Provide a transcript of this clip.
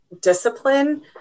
discipline